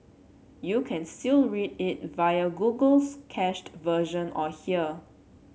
you can still read it via Google's cached version or here